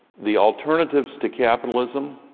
the alternatives to capitalism,